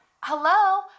hello